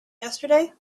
yesterday